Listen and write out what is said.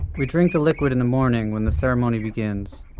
we drink the liquid in the morning when the ceremony begins,